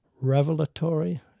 revelatory